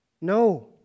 No